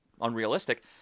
unrealistic –